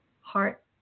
heart